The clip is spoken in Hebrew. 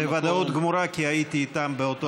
בוודאות גמורה, כי הייתי איתם באותו רגע.